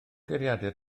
geiriadur